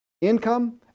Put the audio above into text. income